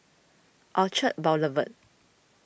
Orchard Boulevard